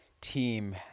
team